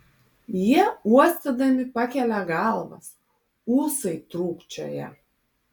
jie uostydami pakelia galvas ūsai trūkčioja